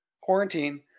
Quarantine